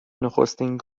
نخستین